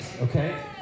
okay